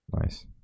nice